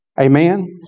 Amen